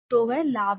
तो वह लाभ है